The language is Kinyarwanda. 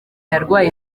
yarwaye